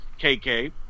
KK